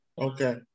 Okay